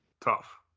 tough